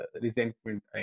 resentment